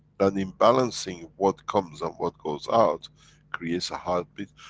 that in balancing what comes and what goes out creates a heartbeat,